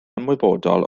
ymwybodol